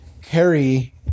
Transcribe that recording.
Harry